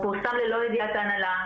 הוא פורסם ללא ידיעת ההנהלה.